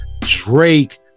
Drake